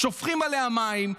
שופכים עליה מים,